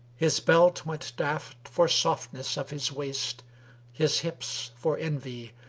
his belt went daft for softness of his waist his hips, for envy,